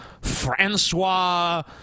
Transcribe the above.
Francois